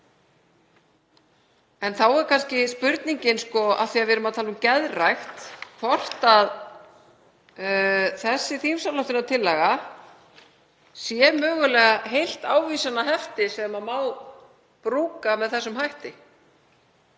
Þá er kannski spurningin, af því að við erum að tala um geðrækt, hvort þingsályktunartillagan sé mögulega heilt ávísanahefti sem má brúka með þessum hætti.